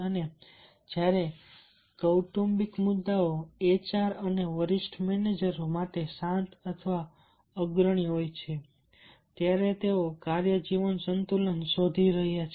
અને જ્યારે કૌટુંબિક મુદ્દાઓ એચઆર અને વરિષ્ઠ મેનેજરો માટે શાંત અથવા અગ્રણી હોય છે ત્યારે તેઓ કાર્ય જીવન સંતુલન શોધી રહ્યા છે